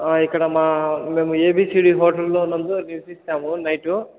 ఇక్కడ మా మేము ఏబిసిడి హోటల్లో నందు నివసించాము నైట్